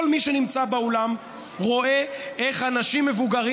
כל מי שנמצא באולם רואה איך אנשים מבוגרים